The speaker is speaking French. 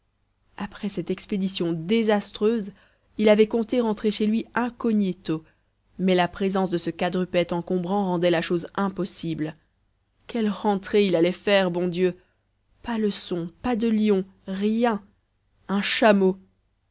après cette expédition désastreuse il avait compté rentrer chez lui incognito mais la présence de ce quadrupède encombrant rendait la chose impossible quelle rentrée il allait faire bon dieu pas le son pas de lions rien un chameau